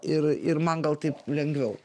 ir ir man gal taip lengviau